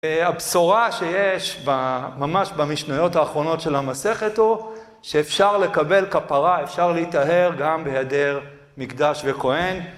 הבשורה שיש, ממש במשניות האחרונות של המסכת הוא שאפשר לקבל כפרה, אפשר להיטהר גם בהיעדר מקדש וכהן.